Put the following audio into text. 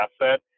asset